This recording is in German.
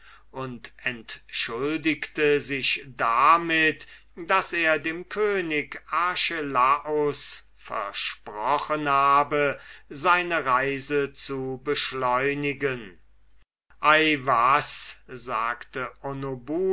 und entschuldigte sich damit daß er dem könig archelaus versprochen habe seine reise zu beschleunigen ei was sagte